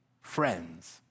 friends